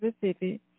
Pacific